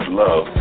love